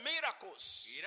miracles